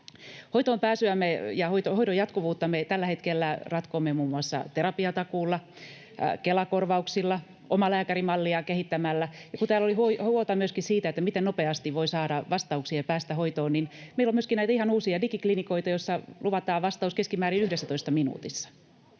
Hoitoonpääsyä ja hoidon jatkuvuutta me tällä hetkellä ratkomme muun muassa terapiatakuulla, Kela-korvauksilla, omalääkärimallia kehittämällä. Ja kun täällä oli huolta myöskin siitä, miten nopeasti voi saada vastauksia ja päästä hoitoon, niin meillä on myöskin näitä ihan uusia digiklinikoita, joissa luvataan vastaus keskimäärin 11 minuutissa.